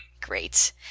Great